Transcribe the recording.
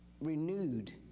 renewed